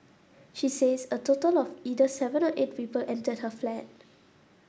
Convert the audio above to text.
she says a total of either seven or eight people entered her flat